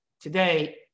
today